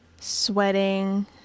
sweating